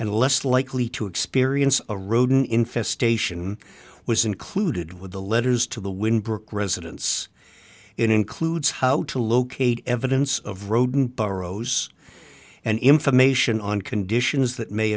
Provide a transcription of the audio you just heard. and less likely to experience a rodent infestation was included with the letters to the wind brick residence it includes how to locate evidence of rodent burrows and information on conditions that may